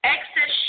Excess